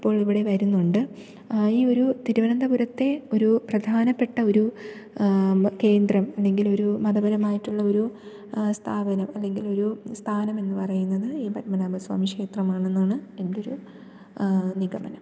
ഇപ്പോൾ ഇവിടെ വരുന്നുണ്ട് ഈയൊരു തിരുവനന്തപുരത്തെ ഒരു പ്രധാനപ്പെട്ട ഒരു കേന്ദ്രം അല്ലെങ്കിൽ ഒരു മതപരമായിട്ടുള്ള ഒരു സ്ഥാപനം അല്ലെങ്കിൽ ഒരു സ്ഥാനമെന്ന് പറയുന്നത് ഈ പദ്മനാഭസ്വാമിക്ഷേത്രമാണെന്ന് ആണ് എൻ്റെ ഒരു നിഗമനം